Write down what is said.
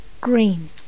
green